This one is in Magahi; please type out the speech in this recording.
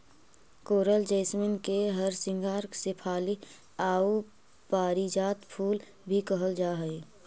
कोरल जैसमिन के हरसिंगार शेफाली आउ पारिजात फूल भी कहल जा हई